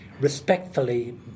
respectfully